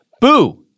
boo